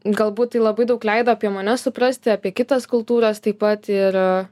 galbūt tai labai daug leido apie mane suprasti apie kitas kultūras taip pat ir